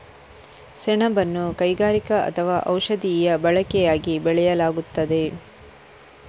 ಸೆಣಬನ್ನು ಕೈಗಾರಿಕಾ ಅಥವಾ ಔಷಧೀಯ ಬಳಕೆಯಾಗಿ ಬೆಳೆಯಲಾಗುತ್ತದೆ